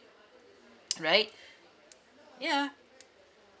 right yeah